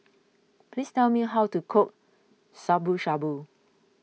please tell me how to cook Shabu Shabu